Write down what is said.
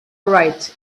right